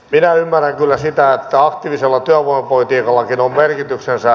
minä ymmärrän kyllä sitä että aktiivisella työvoimapolitiikallakin on merkityksensä